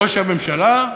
ראש הממשלה,